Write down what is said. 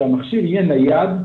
שהמכשיר יהיה נייד,